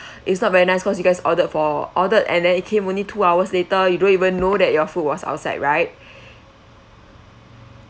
it's not very nice cause you guys ordered for ordered and then it came only two hours later you don't even know that your food was outside right